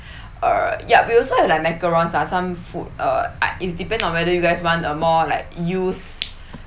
uh ya we also have like macaroons ah some food uh it's depend on whether you guys want uh more like use uh